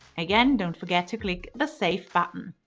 again, don't forget to click the save button.